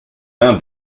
l’un